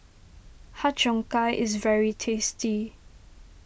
Har Cheong Gai is very tasty